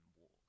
walk